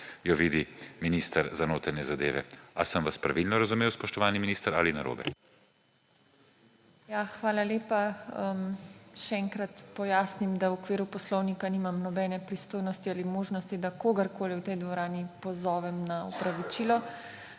jo vidi minister za notranje zadeve. A sem vas pravilno razumel, spoštovani minister, ali narobe? **PODPREDSEDNICA TINA HEFERLE:** Ja, hvala lepa. Še enkrat pojasnim, da v okviru poslovnika nimam nobene pristojnosti ali možnosti, da kogarkoli v tej dvorani pozovem na opravičilo.